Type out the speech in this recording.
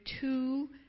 two